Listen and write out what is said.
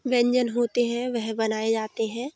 व्यंजन होते हैं वह बनाए जाते हैं